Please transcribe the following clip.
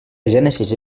gènesi